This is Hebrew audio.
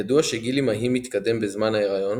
ידוע שגיל אימהי מתקדם בזמן ההיריון